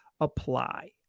apply